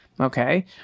Okay